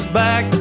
back